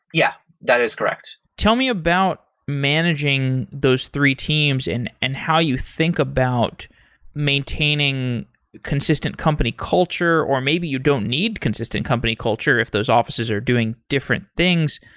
yeah, that is correct. tell me about managing those three teams and and how you think about maintaining consistent company culture or maybe you don't need consistent company culture if those offices are doing different things.